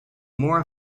more